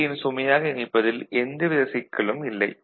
L ன் சுமையாக இணைப்பதில் எந்தவித சிக்கலும் இல்லை